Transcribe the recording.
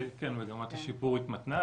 כן, מגמת השיפור התמתנה.